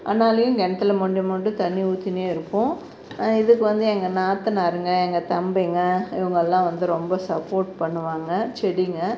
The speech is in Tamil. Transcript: ஆனாலையும் கேணத்தில் மொண்டு மொண்டு தண்ணி ஊற்றினே இருப்போம் இதுக்கு வந்து எங்கள் நாற்றனாருங்க எங்கள் தம்பிங்க இவங்க எல்லாம் வந்து ரொம்ப சப்போர்ட் பண்ணுவாங்க செடிங்க